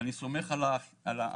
אני סומך עלייך.